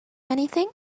anything